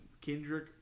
Kendrick